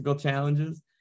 challenges